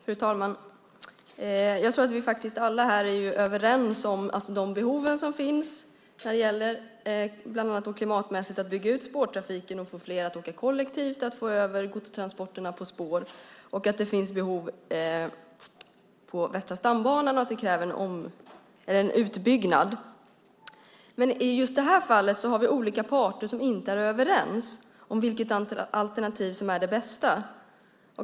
Fru talman! Jag tror att vi alla här är överens om de behov som finns, bland annat klimatmässigt, när det gäller att bygga ut spårtrafiken, att få fler att åka kollektivt och att få över godstransporterna på spår, och även att det finns behov på Västra stambanan och att det kräver en utbyggnad. Men i just det här fallet är det olika parter som inte är överens om vilket alternativ som är det bästa.